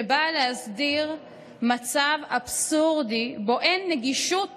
שבאה להסדיר מצב אבסורדי שבו אין נגישות